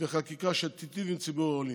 וחקיקה שייטיבו עם ציבור העולים.